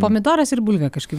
pomidoras ir bulvė kažkaip